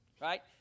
right